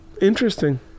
interesting